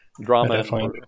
Drama